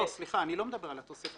סליחה, אני לא מדבר על התוספת.